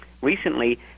recently